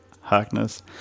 Harkness